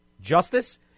justice